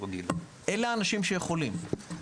אלה האנשים שיכולים.